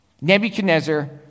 Nebuchadnezzar